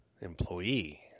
employee